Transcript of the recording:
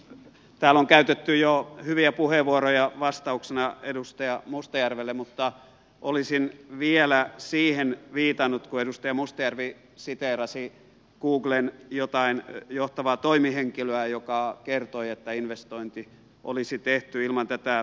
täällä on käytetty jo hyviä puheenvuoroja vastauksena edustaja mustajärvelle mutta olisin vielä siihen viitannut kun edustaja mustajärvi siteerasi googlen jotain johtavaa toimihenkilöä joka kertoi että investointi olisi tehty ilman tätä verovastaantuloakin